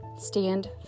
Stand